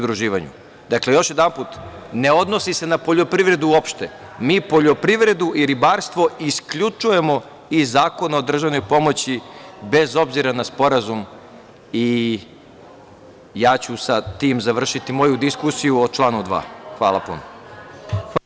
Dakle, još jedanput, ne odnosi se na poljoprivredu uopšte, mi poljoprivredu i ribarstvo isključujemo iz Zakona o državnoj pomoći bez obzira na sporazum i sa tim ću završiti moju diskusiju o članu 2. Hvala vam.